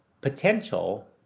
potential